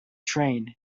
train